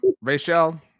Rachel